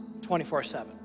24-7